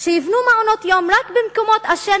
שיבנו מעונות-יום רק במקומות אשר